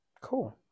Cool